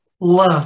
love